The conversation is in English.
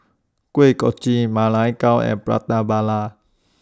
Kuih Kochi Ma Lai Gao and Prata